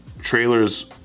trailers